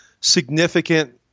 significant –